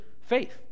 faith